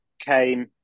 came